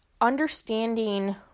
understanding